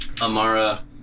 Amara